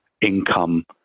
income